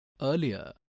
Earlier